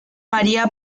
maría